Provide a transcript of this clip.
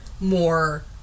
more